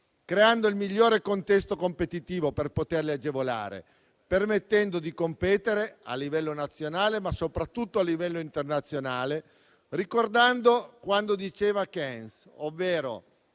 creando il migliore contesto competitivo per poterli agevolare, permettendo loro di competere a livello nazionale, ma soprattutto a livello internazionale, ricordando quanto diceva Keynes, ovvero